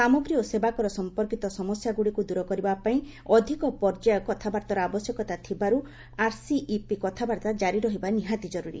ସାମଗ୍ରୀ ଓ ସେବାକର ସମ୍ପର୍କୀତ ସମସ୍ୟାଗୁଡ଼ିକୁ ଦୂର କରିବା ପାଇଁ ଅଧିକ ପର୍ଯ୍ୟାୟ କଥାବାର୍ତ୍ତାର ଆବଶ୍ୟକତା ଥିବାରୁ ଆର୍ସିଇପି କଥାବାର୍ତ୍ତା କାରି ରହିବା ନିହାତି କରୁରି